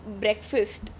breakfast